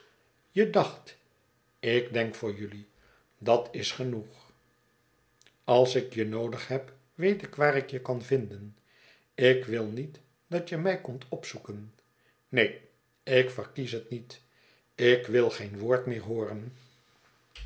je dacht ik denk voor jelui dat is genoeg als ikjenoodig heb weet ik waar ik je kan vinden ik wil niet dat je mij komt opzoeken neen ik verkies het niet ik wil geen woord meer hooren